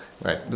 Right